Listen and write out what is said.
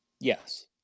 Yes